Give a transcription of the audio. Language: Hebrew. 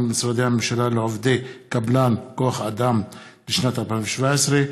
במשרדי הממשלה לעובדי קבלן כוח אדם לשנת 2017,